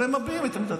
אבל הם מביעים את עמדתם.